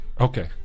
Okay